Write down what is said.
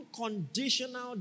unconditional